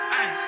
ay